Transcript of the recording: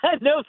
No